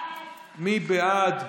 מי בעד?